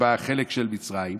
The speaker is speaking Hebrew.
זה בחלק של מצרים.